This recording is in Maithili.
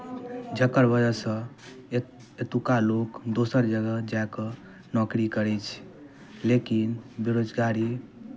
जकर वजहसँ एतय एतुक्का लोक दोसर जगह जाए कऽ नौकरी करै छै लेकिन बेरोजगारी